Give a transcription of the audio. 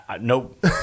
Nope